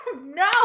No